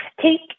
take